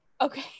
okay